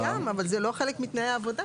זה קיים אבל זה לא חלק מתנאי העבודה,